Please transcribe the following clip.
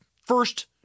first